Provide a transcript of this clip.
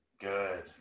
Good